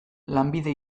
lanbide